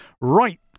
Right